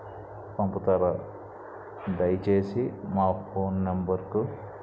పంపుతారా దయచేసి మా ఫోన్ నెంబర్కు